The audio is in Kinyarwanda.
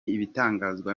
ibitangazwa